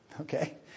okay